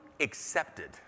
accepted